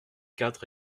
cadre